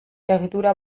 egitura